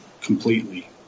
completely